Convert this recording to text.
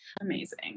Amazing